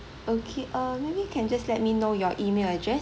okay uh maybe you can just let me know your email address